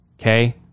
Okay